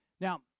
Now